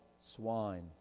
swine